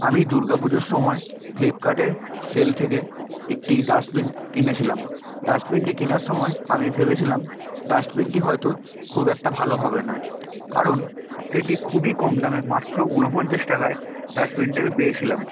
আমি দুর্গা পুজোর সময় ফ্লিপকার্টের সেল থেকে একটি ডাস্টবিন কিনেছিলাম ডাস্টবিনটি কেনার সময় আমি ভেবেছিলাম ডাস্টবিনটি হয়তো খুব একটা ভালো হবে না কারণ সেটি খুবই কম দামের মাত্র উনপঞ্চাশ টাকায় ডাস্টবিনটা আমি পেয়েছিলাম